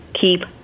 keep